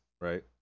right